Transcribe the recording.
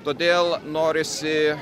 todėl norisi